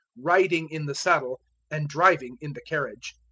riding in the saddle and driving in the carriage.